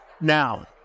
Now